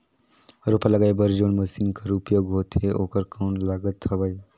रोपा लगाय बर जोन मशीन कर उपयोग होथे ओकर कौन लागत हवय?